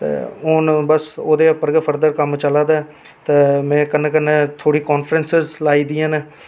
ते हुन बस फर्दर कम्म ओह्दै उप्पर गै चला दा ऐ ते कन्नै में थोड़ी कान्फ्रैंस लाई दीयां ऐ न